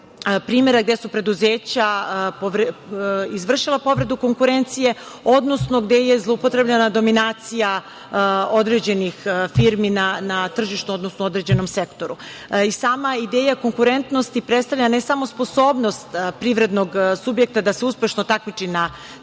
primera gde su preduzeća izvršila povredu konkurencije, odnosno gde je zloupotrebljena dominacija određenih firmi na tržištu, odnosno u određenom sektoru?I sama ideja konkurentnosti predstavlja ne samo sposobnost privrednog subjekta da se uspešno takmiči na tržištu,